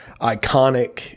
iconic